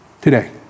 Today